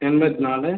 எண்பத்தி நாலு